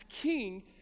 king